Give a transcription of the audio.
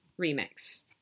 remix